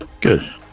good